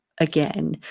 again